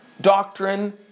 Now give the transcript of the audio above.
doctrine